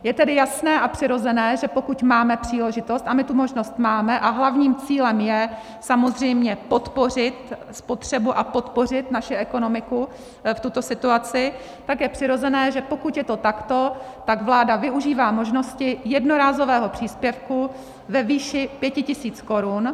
Je tedy jasné a přirozené, že pokud máme příležitost, a my tu možnost máme, a hlavním cílem je samozřejmě podpořit spotřebu a podpořit naši ekonomiku v této situaci tak je přirozené, že pokud je to takto, tak vláda využívá možnosti jednorázového příspěvku ve výši 5 tisíc korun.